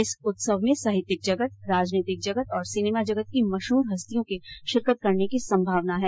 इस उत्सव में साहित्यिक जगत राजनीतिक जगत और सिनेमा जगत की मशहूर हस्तियों के शिरकत करने की संभावना है